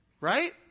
Right